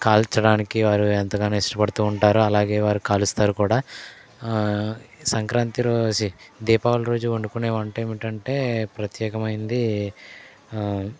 కాల్చడానికి వారు ఎంతగానో ఇష్టపడుతూ ఉంటారు అలాగే వారు కాలుస్తారు కూడా ఈ సంక్రాంతి రో చి దీపావళి రోజు వండుకునే వంట ఏమిటంటే ప్రత్యేకమైంది